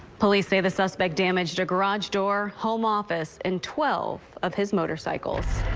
police say the suspect damaged garage door home office and twelve of his motorcycles.